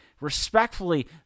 respectfully